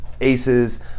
Aces